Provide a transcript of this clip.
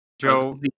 Joe